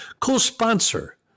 co-sponsor